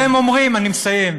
אני מסיים.